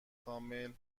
کامل